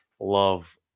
love